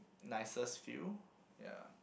nicest feel ya